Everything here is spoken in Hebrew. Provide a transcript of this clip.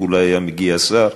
אולי היה מגיע שר,